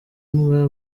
imbwa